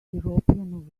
european